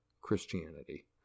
Christianity